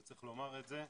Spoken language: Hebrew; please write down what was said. וצריך לומר את זה,